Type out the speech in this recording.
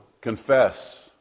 confess